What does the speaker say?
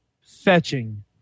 fetching